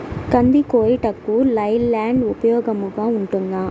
కంది కోయుటకు లై ల్యాండ్ ఉపయోగముగా ఉంటుందా?